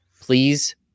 please